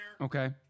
Okay